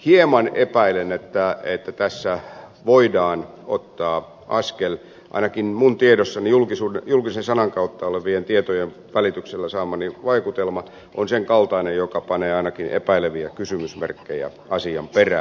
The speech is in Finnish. hieman epäilen että tässä voidaan ottaa askel ainakin minun julkisen sanan kautta olevien tietojen välityksellä saamani vaikutelma on sen kaltainen joka panee ainakin epäileviä kysymysmerkkejä asian perään